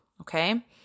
Okay